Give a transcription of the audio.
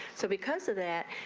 so because of that.